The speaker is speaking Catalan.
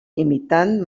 imitant